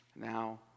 Now